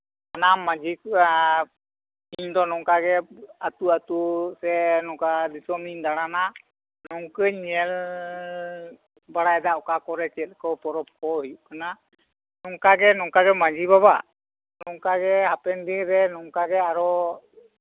ᱥᱟᱱᱟᱢ ᱢᱟᱺᱡᱷᱤ ᱠᱚ ᱤᱧ ᱫᱚ ᱱᱚᱝᱠᱟ ᱜᱮ ᱟᱹᱛᱩ ᱟᱹᱛᱩ ᱥᱮ ᱱᱚᱝᱠᱟ ᱫᱤᱥᱚᱢᱤᱧ ᱫᱟᱲᱟᱱᱟ ᱱᱚᱝᱠᱟᱧ ᱧᱮᱞ ᱵᱟᱲᱟᱭᱮᱫᱟ ᱚᱠᱟ ᱠᱚᱨᱮᱜ ᱪᱮᱫ ᱠᱚ ᱯᱚᱨᱚᱵᱽ ᱠᱚ ᱦᱩᱭᱩᱜ ᱠᱟᱱᱟ ᱚᱱᱠᱟ ᱜᱮ ᱢᱟᱺᱡᱷᱤ ᱵᱟᱵᱟ ᱱᱚᱝᱠᱟᱜᱮ ᱦᱟᱯᱮᱱ ᱫᱤᱱᱨᱮ ᱱᱚᱝᱠᱟ ᱜᱮ ᱟᱨᱦᱚᱸ